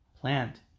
plant